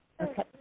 Okay